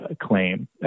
claim